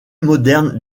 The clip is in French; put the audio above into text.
moderne